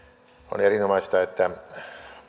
on erinomaista että